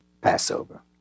Passover